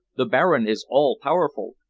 the baron is all-powerful.